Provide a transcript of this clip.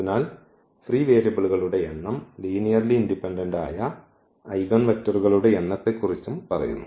അതിനാൽ ഫ്രീ വേരിയബിളുകളുടെ എണ്ണം ലീനിയർലി ഇൻഡിപെൻഡന്റ് ആയ ഐഗൻവെക്ടറുകളുടെ എണ്ണത്തെക്കുറിച്ച് പറയുന്നു